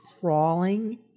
crawling